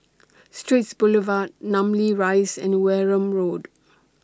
Straits Boulevard Namly Rise and Wareham Road